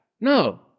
No